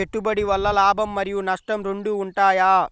పెట్టుబడి వల్ల లాభం మరియు నష్టం రెండు ఉంటాయా?